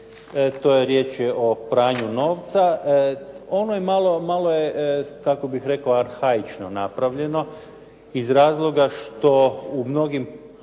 to je, riječ je o pranju novca. Ono je malo, malo je kako bih rekao arhaično napravljeno iz razloga što u mnogim